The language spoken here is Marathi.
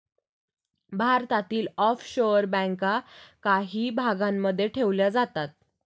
भारतातील ऑफशोअर बँका काही भागांमध्ये ठेवल्या जातात